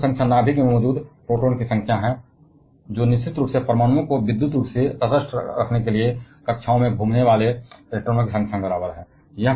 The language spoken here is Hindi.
तो परमाणु संख्या नाभिक में मौजूद प्रोटॉन की संख्या है जो निश्चित रूप से परमाणुओं को विद्युत रूप से तटस्थ रखने के लिए कक्षाओं में घूमने वाले इलेक्ट्रॉनों की संख्या के बराबर है